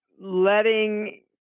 letting